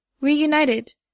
reunited